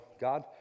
God